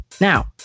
Now